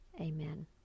Amen